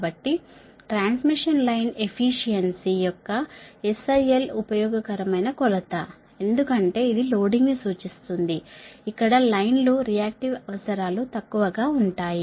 కాబట్టి transmission line efficiency యొక్క SIL ఉపయోగకరమైన కొలత ఎందుకంటే ఇది లోడింగ్ను సూచిస్తుంది ఇక్కడ లైన్లు రియాక్టివ్ అవసరాలు తక్కువగా ఉంటాయి